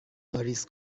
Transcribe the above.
واریز